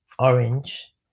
orange